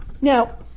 Now